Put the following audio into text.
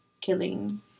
killing